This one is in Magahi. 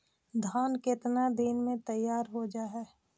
धान केतना दिन में तैयार हो जाय है?